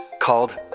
called